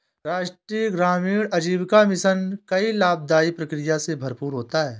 राष्ट्रीय ग्रामीण आजीविका मिशन कई लाभदाई प्रक्रिया से भरपूर होता है